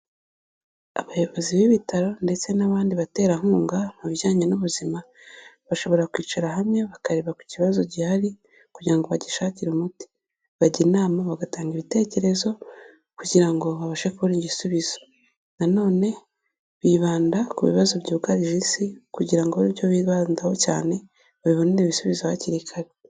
Abayobozi b'ibitaro ndetse n'abandi baterankunga mu bijyanye n'ubuzima, bashobora kwicara hamwe bakareba ku kibazo gihari kugira ngo bagishakire umuti. Bajya inama bagatanga ibitekerezo kugira ngo babashe kubona igisubizo. Nanone bibanda ku bibazo byugarije isi kugira ngo abe ari ibyo bibandaho cyane babibonere ibisubizo hakiri kare.